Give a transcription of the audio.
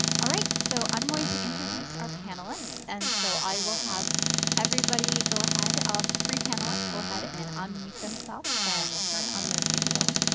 ah right so i'm going to introduce our panelists. and so i will have everybody go ahead, three panelists go ahead and unmute themself and turn on and their video.